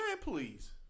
Please